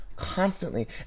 Constantly